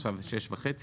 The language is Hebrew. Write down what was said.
עכשיו זה שש וחצי,